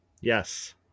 Yes